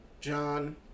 John